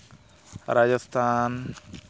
Rajasthan